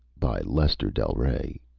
by lester del rey